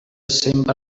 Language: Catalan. sempre